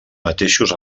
mateixos